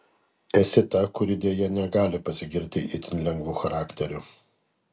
esi ta kuri deja negali pasigirti itin lengvu charakteriu